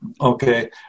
Okay